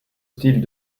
styles